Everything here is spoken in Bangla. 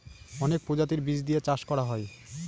অনেক প্রজাতির বীজ দিয়ে চাষ করা হয়